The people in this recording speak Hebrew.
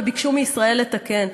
וביקשו מישראל לתקן.